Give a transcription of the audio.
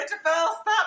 stop